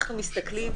אנחנו מסתכלים,